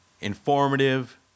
informative